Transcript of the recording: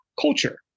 culture